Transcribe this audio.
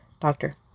Doctor